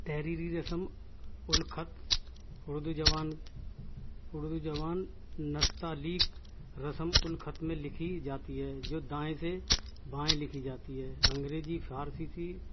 تحریری رسم الخط اردو زبان اردو زبان نستعلیق رسم الخط میں لکھی جاتی ہے جو دائیں سے بائیں لکھی جاتی ہے انگریزی فارسی